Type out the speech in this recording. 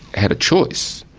had a choice.